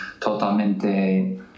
totalmente